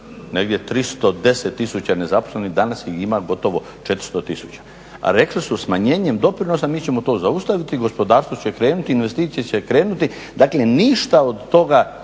negdje 310 tisuća nezaposlenih, danas ih ima gotovo 400 tisuća. A rekli su smanjenjem doprinosa mi ćemo to zaustaviti, gospodarstvo će krenuti, investicije će krenuti. Dakle, ništa od toga